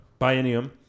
biennium